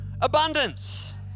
abundance